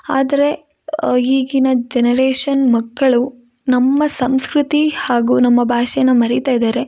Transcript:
ಆದರೆ ಈಗಿನ ಜನರೇಷನ್ ಮಕ್ಕಳು ನಮ್ಮ ಸಂಸ್ಕೃತಿ ಹಾಗೂ ನಮ್ಮ ಭಾಷೆನ ಮರೀತಾಯಿದ್ದಾರೆ